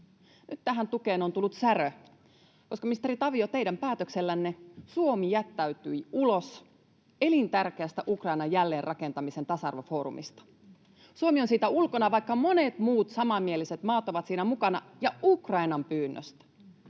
Nyt tähän tukeen on tullut särö, koska, ministeri Tavio, teidän päätöksellänne Suomi jättäytyi ulos elintärkeästä Ukrainan jälleenrakentamisen tasa-arvofoorumista. Suomi on siitä ulkona, vaikka monet muut samanmieliset maat ovat siinä mukana, ja Ukrainan pyynnöstä.